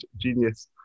genius